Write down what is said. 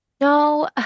No